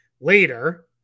later